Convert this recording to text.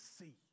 see